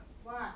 what